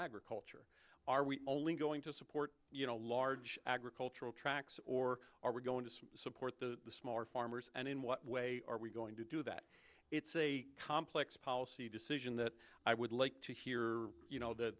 agriculture are we only going to support you know large agricultural tracks or are we going to support the smaller farmers and in what way are we going to do that it's a complex policy decision that i would like to hear you know the